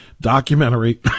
documentary